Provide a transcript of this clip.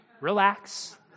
Relax